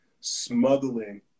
smuggling